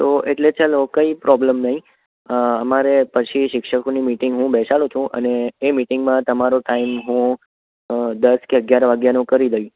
તો એટલે ચાલો કંઈ પ્રોબ્લેમ નહી અમારે પછી શિક્ષકોની મિટિંગ હું બેસાડું છું અને એ મિટિંગમાં તમારો ટાઈમ હું દસ કે અગિયાર વાગ્યાનો કરી દઇશ